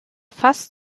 fast